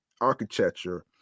architecture